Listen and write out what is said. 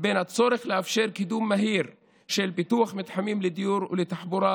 בין הצורך לאפשר קידום מהיר של פיתוח מתחמים לדיור ולתחבורה